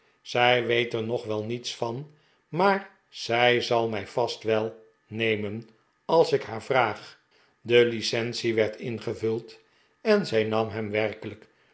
zij weet er nog wel niets van maar zij zal mij vast wel nemen als ik haar vraag de licence werd ingevuld en zij nam hem werkelijk